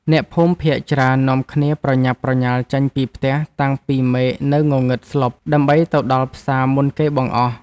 អ្នកភូមិភាគច្រើននាំគ្នាប្រញាប់ប្រញាល់ចេញពីផ្ទះតាំងពីមេឃនៅងងឹតស្លុបដើម្បីទៅដល់ផ្សារមុនគេបង្អស់។